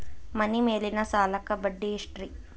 ಮನಿ ಮೇಲಿನ ಸಾಲಕ್ಕ ಬಡ್ಡಿ ಎಷ್ಟ್ರಿ?